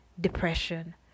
depression